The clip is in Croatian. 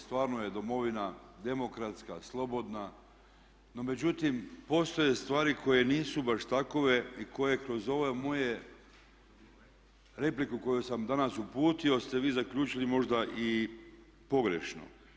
Stvarno je domovina demokratska, slobodna, no međutim postoje stvari koje nisu baš takve i koje kroz ovu moju repliku koju sam danas uputio ste vi zaključili možda i pogrešno.